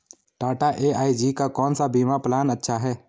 Tata AIG का कौन सा बीमा प्लान अच्छा है?